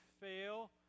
fail